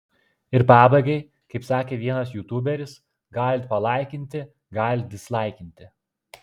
ir pabaigai kaip sakė vienas jutuberis galit palaikinti galit dislaikinti